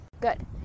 good